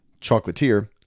chocolatier